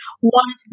Wanted